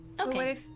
Okay